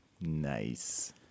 Nice